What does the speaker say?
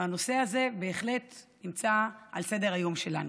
והנושא הזה בהחלט נמצא על סדר-היום שלנו.